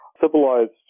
civilized